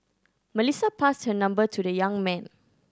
Melissa passed her number to the young man